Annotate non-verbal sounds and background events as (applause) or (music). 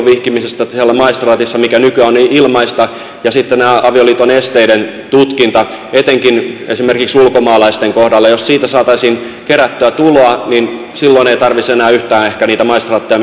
(unintelligible) vihkimisestä siellä maistraatissa mikä nykyään on ilmaista ja sitten jos tästä avioliiton esteiden tutkinnasta etenkin esimerkiksi ulkomaalaisten kohdalla saataisiin kerättyä tuloa niin silloin ehkä ei tarvitsisi enää yhtään niitä maistraatteja (unintelligible)